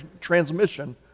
transmission